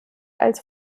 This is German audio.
als